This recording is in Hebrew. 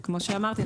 וכמו שאמרתי,